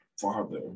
father